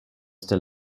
still